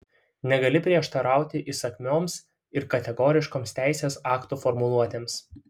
negali prieštarauti įsakmioms ir kategoriškoms teisės aktų formuluotėms